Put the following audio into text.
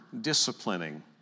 disciplining